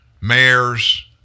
mayors